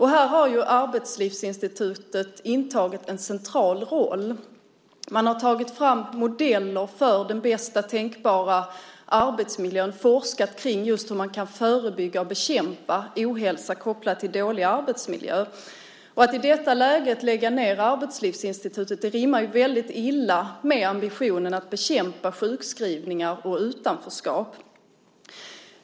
Här har Arbetslivsinstitutet intagit en central roll. Man har tagit fram modeller för den bästa tänkbara arbetsmiljön och forskat kring just hur man kan förebygga och bekämpa ohälsa kopplad till dålig arbetsmiljö. Att i detta läge lägga ned Arbetslivsinstitutet rimmar väldigt illa med ambitionen att bekämpa sjukskrivningar och utanförskap.